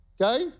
okay